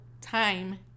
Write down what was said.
time